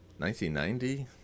1990